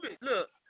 look